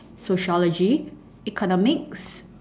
sociology economics